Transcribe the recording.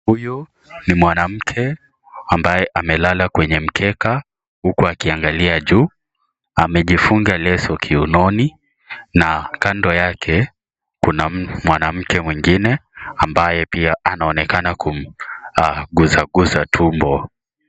Huyu ni mwanamke ambaye amelala kwenye mkeka huku akiangalia juu amejifunga leso kiunoni na kando yake kuna mwanamke mwingine ambaye pia anaonekana kumguza guza tumbo.